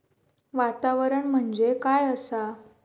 वातावरण म्हणजे काय असा?